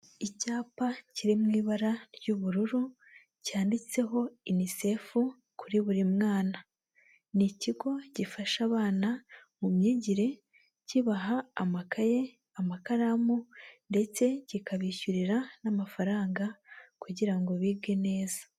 Icyapa kiriw ibara ry'ubururu, cyanditseho UNICEF kuri buri mwana, ni ikigo gifasha abana mu myigire kibaha amakaye, amakaramu ndetse kikabishyurira n'amafaranga kugira ngo bige neza.